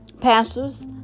Pastors